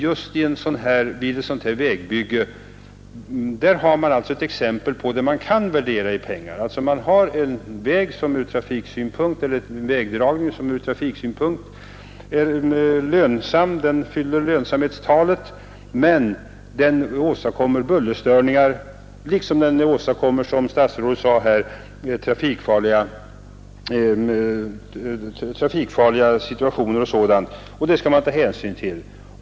Just vid ett vägbygge finner man exempel på hur miljöpåverkan kan värderas i pengar. En vägdragning som ur trafiksynpunkt fyller lönsamhetstalet åstadkommer kanske bullerstörningar och, som statsrådet sade, t.ex. trafikfarliga situationer. Detta skall man ta hänsyn till.